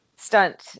Stunt